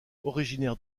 originaire